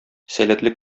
сәләтле